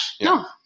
no